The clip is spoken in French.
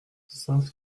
saint